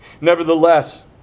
Nevertheless